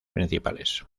principales